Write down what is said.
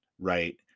right